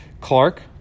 Clark